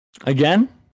Again